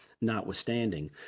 notwithstanding